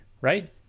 right